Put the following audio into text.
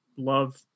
love